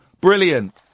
Brilliant